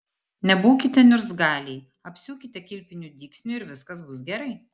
nebūkite niurzgaliai apsiūkite kilpiniu dygsniu ir viskas bus gerai